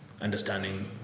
understanding